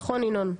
נכון, ינון?